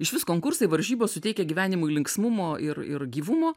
išvis konkursai varžybos suteikia gyvenimui linksmumo ir ir gyvumo